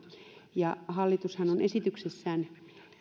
ja hallitushan on esityksessään